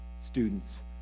students